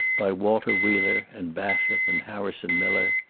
by walter wheeler and bassett and harrison miller.